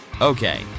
Okay